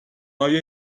های